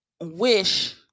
wish